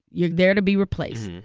you're there to be replaced.